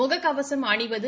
முக கவசம் அணிவது